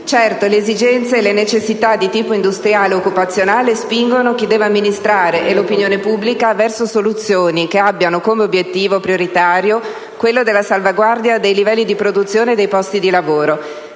Certo, le esigenze e le necessità di tipo industriale e occupazionale spingono chi deve amministrare e l'opinione pubblica verso soluzioni che abbiano come obiettivo prioritario quello della salvaguardia dei livelli di produzione e dei posti di lavoro.